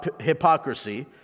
hypocrisy